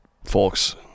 Folks